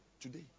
today